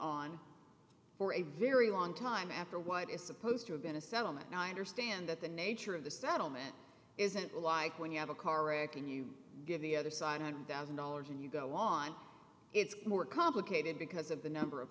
on for a very long time after what is supposed to are going to settlement now i understand that the nature of the settlement isn't like when you have a car wreck and you give the other side an one thousand dollars and you go on it's more complicated because of the number of